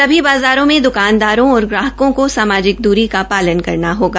सभी बाज़ारों में दकानदारों और ग्राहकों को सामाजिक दरी का पालन करना होगा